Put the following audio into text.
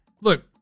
look